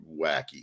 wacky